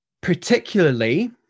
particularly